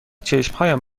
چشمهایم